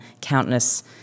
countless